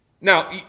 Now